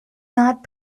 not